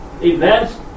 events